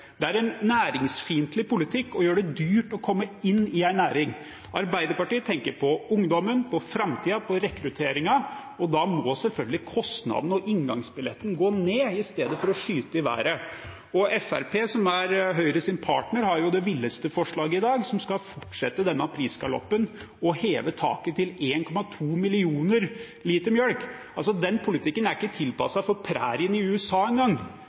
Det er en næringsfiendtlig politikk, og det gjør det dyrt å komme inn i en næring. Arbeiderpartiet tenker på ungdommen, på framtiden, på rekrutteringen, og da må selvfølgelig kostnaden og inngangsbilletten gå ned i stedet for å skyte i været. Fremskrittspartiet, som er Høyres partner, har jo det villeste forslaget i dag. De vil fortsette denne prisgaloppen og heve taket til 1,2 millioner liter melk. Den politikken er ikke tilpasset for prærien i USA